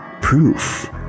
proof